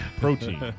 Protein